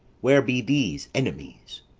where be these enemies?